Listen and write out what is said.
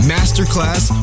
Masterclass